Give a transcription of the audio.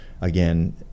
again